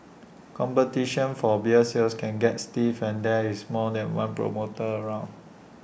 competition for beer sales can get stiff when there is more than one promoter around